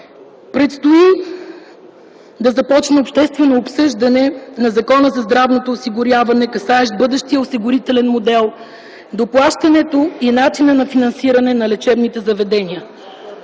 Предстои да започне обществено обсъждане на Закона за здравното осигуряване, касаещ бъдещия осигурителен модел, доплащането и начина на финансиране на лечебните заведения.